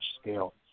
scale